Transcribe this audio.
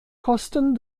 kosten